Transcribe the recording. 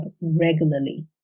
regularly